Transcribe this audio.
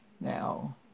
now